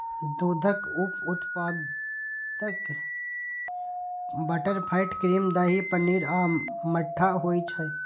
दूधक उप उत्पाद बटरफैट, क्रीम, दही, पनीर आ मट्ठा होइ छै